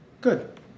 Good